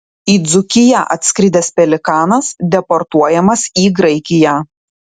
į dzūkiją atskridęs pelikanas deportuojamas į graikiją